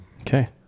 Okay